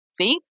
See